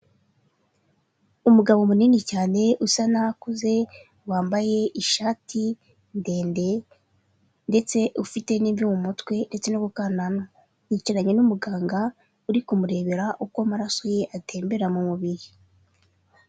Umugabo munini cyane usa naho akuze wambaye ishati ndende ndetse ufite n'imvi mu mutwe ndetse no kukananwa, Yicaranye n'umuganga uri kumurebera uko amaraso ye atembera mu mubiri.